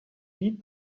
beat